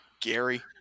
Gary